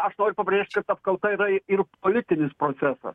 aš noriu pabrėžt kad apkalta yra ir politinis procesas